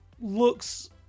looks